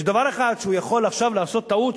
יש דבר אחד שהוא יכול עכשיו לעשות טעות,